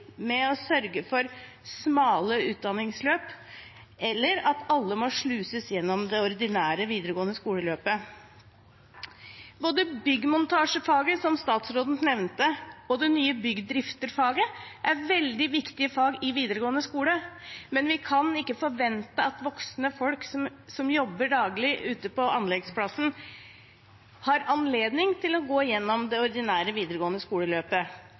med å sørge for smale utdanningsløp, eller med at alle må sluses gjennom det ordinære videregående skoleløpet. Både byggmontasjefaget, som statsråden nevnte, og det nye byggdrifterfaget er veldig viktige fag i videregående skole, men vi kan ikke forvente at voksne folk som jobber daglig ute på anleggsplassen, har anledning til å gå gjennom det ordinære videregående skoleløpet,